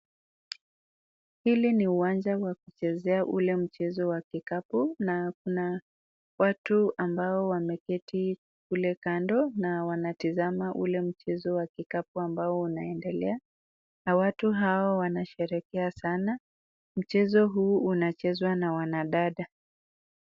Huu ni uwanja wa kucheza hule mchezo wa kikapu na Kuna watu ambao wameketi kulea kando nao wanatazama ule mchezo wa kikapu ambao unaendelea na watu Hawa wanasherekea sana .Mchezo huu unachezwa na wanadada.